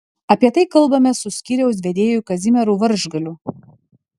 apie tai kalbamės su skyriaus vedėju kazimieru varžgaliu